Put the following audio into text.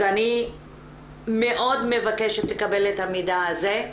אני מאוד מבקשת לקבל את המידע הזה.